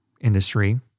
industry